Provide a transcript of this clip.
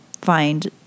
find